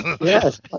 Yes